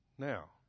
Now